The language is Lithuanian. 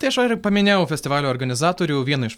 tai aš va ir paminėjau festivalio organizatorių vieną iš